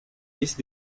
these